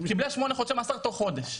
קיבלה שמונה חודשי מאסר תוך חודש.